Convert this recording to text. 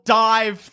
dive